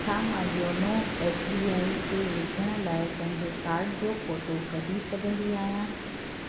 छा मां योनो एसबीआई ते विझण लाइ पंहिंजे काड जो फोटो कढी सघंदी आहियां